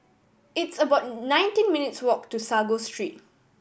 it's about nineteen minutes walk to Sago Street